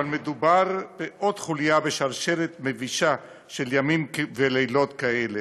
אבל מדובר בעוד חוליה בשרשרת מבישה של ימים ולילות כאלה: